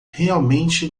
realmente